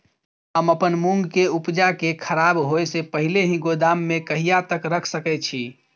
हम अपन मूंग के उपजा के खराब होय से पहिले ही गोदाम में कहिया तक रख सके छी?